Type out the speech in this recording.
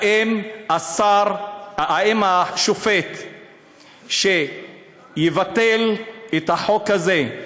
האם השופט שיבטל את החוק הזה,